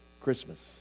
Christmas